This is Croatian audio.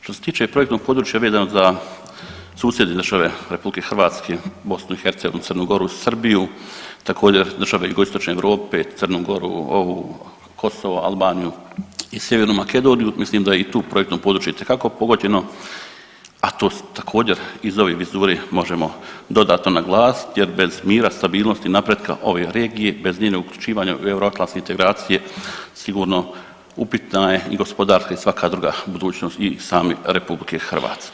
Što se tiče projektnog područja vezanog za susjedne države RH, BiH, Crnu Goru, Srbiju također države jugoistočne Europe Crnu Goru, ovu Kosovo, Albaniju i Sjevernu Makedoniju mislim da je i tu projektno područje itekako pogođeno, a to također iz ove vizure možemo dodatno naglasiti jer bez mira, stabilnosti i napretka ove regije, bez njenog uključivanja u euroatlanske integracije sigurno upitna je gospodarska i svaka druga budućnost i same RH.